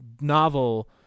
novel